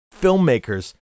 filmmakers